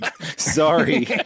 Sorry